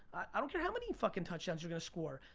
i don't care how many fucking touchdowns you're gonna score.